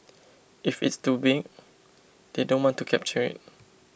if it is too big they don't want to capture it